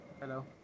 hello